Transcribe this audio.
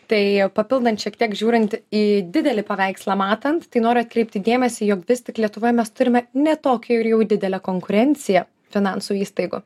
tai papildant šiek tiek žiūrint į didelį paveikslą matant tai noriu atkreipti dėmesį jog vis tik lietuvoje mes turime ne tokią ir jau didelę konkurenciją finansų įstaigų